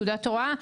לתעודת הוראה,